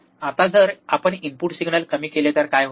आता जर आपण इनपुट सिग्नल कमी केले तर काय होईल